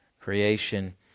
creation